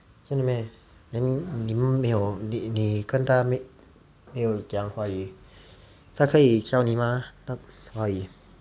真的 meh then 你们没有你你跟他没有讲华语他可以教你嘛那个华语